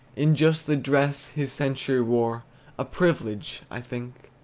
in just the dress his century wore a privilege, i think,